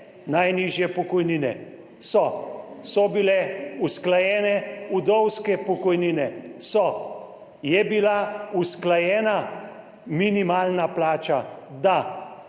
najnižje pokojnine? So. So bile usklajene vdovske pokojnine? So. Je bila usklajena minimalna plača? Da.